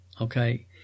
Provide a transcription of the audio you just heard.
okay